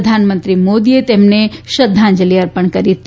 પ્રધાનમંત્રી મોદીએ તેમને શ્રદ્ધાંજલિ અર્પણ કરી છે